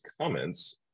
comments